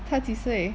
她几岁